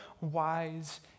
wise